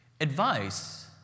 Advice